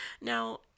Now